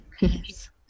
Yes